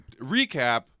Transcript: recap